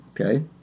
Okay